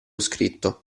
scritto